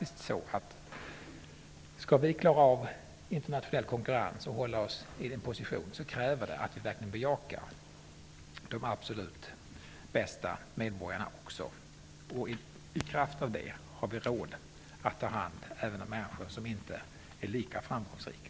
Skall vi klara en internationell konkurrens och uppehålla vår position krävs det att vi verkligen bejakar också de absolut bästa medborgarna. I kraft av det har vi också råd att ta hand om människor som inte är lika framgångsrika.